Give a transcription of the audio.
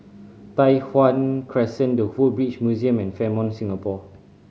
Tai Hwan Crescent The Woodbridge Museum and Fairmont Singapore